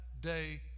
day